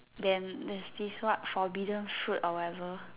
then there's this what forbidden fruit or whatever